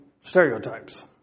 stereotypes